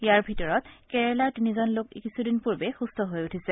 ইয়াৰ ভিতৰত কেৰালাৰ তিনিজন লোক কিছুদিন পূৰ্বে সুস্থ হৈ উঠিছে